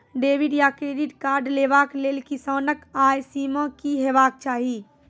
Debit या credit card लेवाक लेल किसानक आय सीमा की हेवाक चाही?